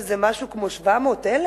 שזה משהו כמו 700,000,